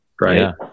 right